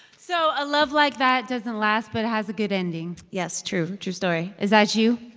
so a love like that doesn't last but has a good ending yes, true. true story is that you?